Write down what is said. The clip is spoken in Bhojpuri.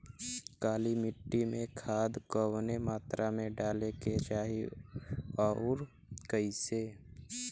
काली मिट्टी में खाद कवने मात्रा में डाले के चाही अउर कइसे?